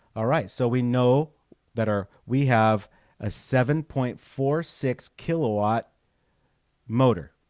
all right, so we know that our we have a seven point four six kilowatt motor